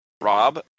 Rob